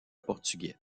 portugais